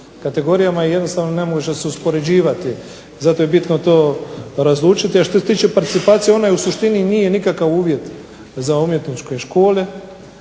kategorijama i jednostavno ne može se uspoređivati, zato je bitno to razlučiti. A što se tiče participacije ona u suštini nije nikakav uvjet za umjetničke škole,